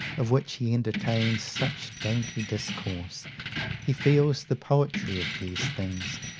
of which he entertains such dainty discourse he feels the poetry of these things,